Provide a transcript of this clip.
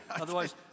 Otherwise